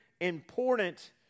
important